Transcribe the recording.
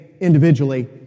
individually